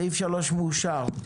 סעיף 4 אושר פה אחד.